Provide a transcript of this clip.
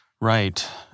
Right